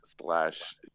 slash